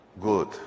good